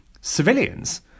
civilians